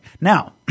Now